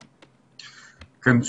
כן.